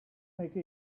make